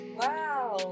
wow